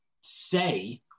say